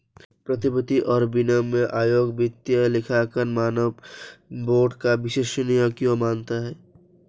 प्रतिभूति और विनिमय आयोग वित्तीय लेखांकन मानक बोर्ड को विश्वसनीय क्यों मानता है?